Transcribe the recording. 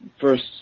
first